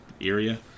area